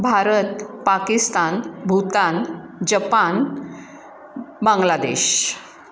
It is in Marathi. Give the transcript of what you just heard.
भारत पाकिस्तान भूतान जपान बांग्लादेश